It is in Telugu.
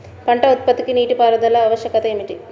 పంట ఉత్పత్తికి నీటిపారుదల ఆవశ్యకత ఏమిటీ?